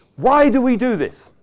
why do we do this?